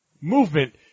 movement